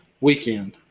weekend